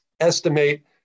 estimate